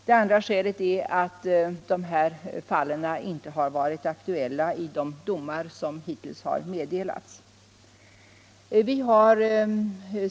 Det andra skälet är att sådana fall inte har varit aktuella i de domar som hittills har meddelats.